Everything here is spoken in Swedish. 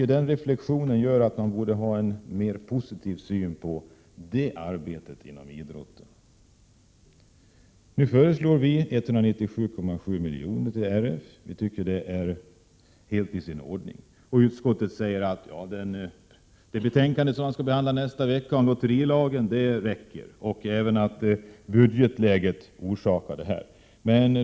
En sådan reflexion borde innebära att man skulle ha en mer positiv syn på det ideella arbetet inom idrotten. Vi i vpk föreslår 197,7 milj.kr. till RF. Vi tycker att detta är helt i sin ordning. Utskottet säger att det räcker med de ytterligare resurser som föreslås till idrotten i det betänkande om lotterilagen som skall behandlas nästa vecka samt hänvisar till det rådande budgetläget.